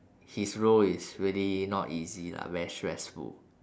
his role is really not easy lah very stressful